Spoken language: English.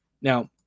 Now